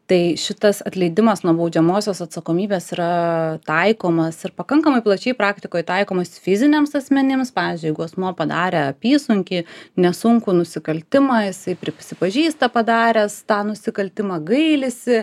tai šitas atleidimas nuo baudžiamosios atsakomybės yra taikomas ir pakankamai plačiai praktikoj taikomas fiziniams asmenims pavyzdžiui jeigu asmuo padarė apysunkį nesunkų nusikaltimą jisai prisipažįsta padaręs tą nusikaltimą gailisi